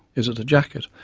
is it a jacket?